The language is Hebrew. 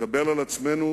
ונקבל על עצמנו